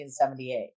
1978